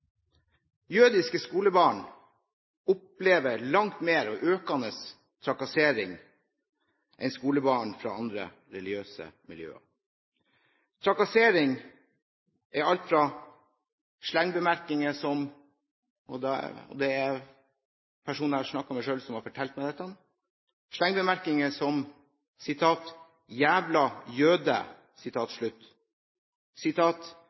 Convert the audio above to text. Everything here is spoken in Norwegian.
Jødiske skolebarn opplever langt mer – og en økende – trakassering enn skolebarn fra andre religiøse miljøer. Trakassering er alt fra slengbemerkninger som – og det er personer som jeg har snakket med selv, som har fortalt meg dette – «Jævla jøde!»,